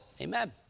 Amen